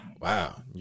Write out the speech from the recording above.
Wow